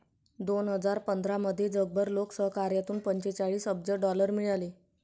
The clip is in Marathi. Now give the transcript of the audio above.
दोन हजार पंधरामध्ये जगभर लोकसहकार्यातून पंचेचाळीस अब्ज डॉलर मिळाले